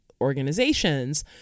organizations